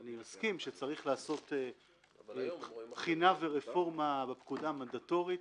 אני מסכים שצריך לעשות בחינה ורפורמה בפקודה המנדטורית.